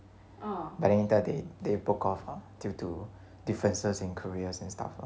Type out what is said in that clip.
but then later they they broke off lah due to differences in careers and stuff